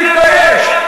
תתבייש.